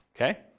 okay